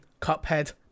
Cuphead